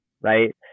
Right